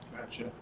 Gotcha